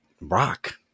rock